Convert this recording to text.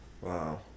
Wow